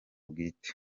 bwite